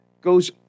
goes